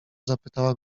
zapytała